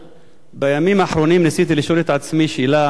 בימים האחרונים ניסיתי לשאול את עצמי שאלה